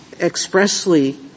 expressly